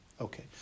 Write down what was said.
Okay